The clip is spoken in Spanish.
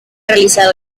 realizado